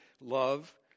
Love